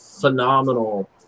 phenomenal